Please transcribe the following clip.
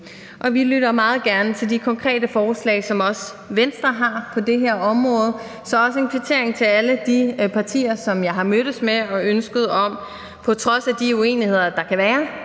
vi lytter meget gerne til de konkrete forslag, som også Venstre har på det her område. Så også en kvittering til alle de partier, som jeg har mødtes med, for ønsket om på trods af de uenigheder, der kan være,